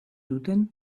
duten